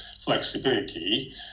flexibility